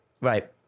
Right